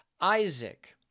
isaac